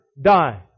die